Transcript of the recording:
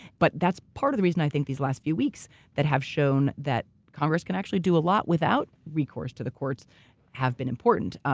but that's part of the reason i think these last few weeks that have shown that congress can actually do a lot without recourse to the courts have been important.